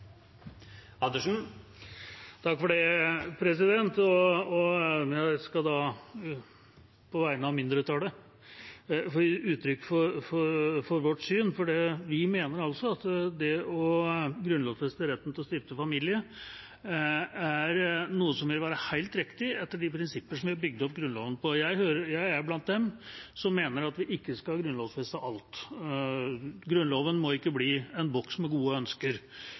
Jeg skal på vegne av mindretallet gi uttrykk for vårt syn. Vi mener at det å grunnlovfeste retten til å stifte familie er noe som vil være helt riktig etter de prinsippene som Grunnloven er bygd på. Jeg er blant dem som mener at vi ikke skal grunnlovfeste alt – Grunnloven må ikke bli en boks med gode ønsker